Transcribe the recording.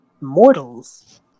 Mortals